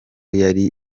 yari